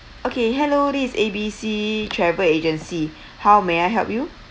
okay hello this is A B C travel agency how may I help you